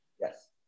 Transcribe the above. Yes